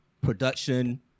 Production